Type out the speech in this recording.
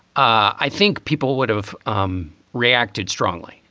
i think people would have um reacted strongly.